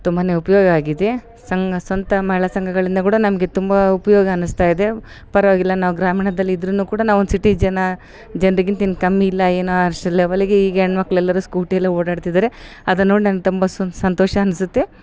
ತುಂಬಾ ಉಪಯೋಗ ಆಗಿದೆ ಸಂಘ ಸ್ವಂತ ಮಹಿಳ ಸಂಘಗಳಿಂದ ಕೂಡ ನಮಗೆ ತುಂಬ ಉಪಯೋಗ ಅನ್ನಿಸ್ತ ಇದೆ ಪರವಾಗಿಲ್ಲ ನಾವು ಗ್ರಾಮೀಣದಲ್ಲಿ ಇದ್ರು ಕೂಡ ನಾವು ಒಂದು ಸಿಟಿ ಜನ ಜನ್ರಿಗಿಂತ ಏನ್ ಕಮ್ಮಿ ಇಲ್ಲ ಏನೋ ಅಷ್ಟ್ ಲೆವೆಲ್ಲಿಗೆ ಈಗ ಹೆಣ್ಣ್ ಮಕ್ಳು ಎಲ್ಲರು ಸ್ಕೂಟಿಲೇ ಓಡಾಡ್ತಿದಾರೆ ಅದನ್ನು ನೋಡಿ ನಂಗೆ ತುಂಬ ಸುನ್ ಸಂತೋಷ ಅನಿಸುತ್ತೆ